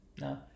No